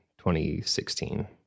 2016